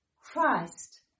Christ